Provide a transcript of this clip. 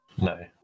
No